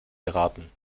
geraten